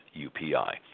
UPI